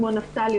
כמו נפתלי,